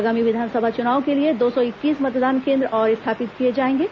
आगामी विधानसभा चुनाव के लिए दो सौ इक्कीस मतदान केंद्र और स्थापित किए जाएंगे